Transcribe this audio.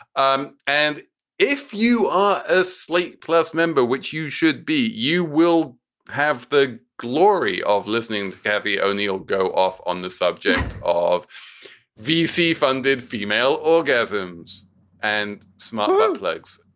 um and if you are a slate plus member, which you should be, you will have the glory of listening to caveh o'neal go off on the subject of v c funded female orgasms and smother those legs.